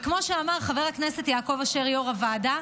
וכמו שאמר חבר הכנסת יעקב אשר, יו"ר הוועדה,